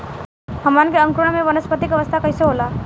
हमन के अंकुरण में वानस्पतिक अवस्था कइसे होला?